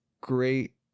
great